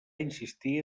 insistir